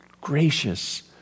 gracious